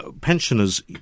pensioners